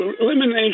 elimination